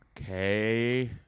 okay